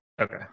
Okay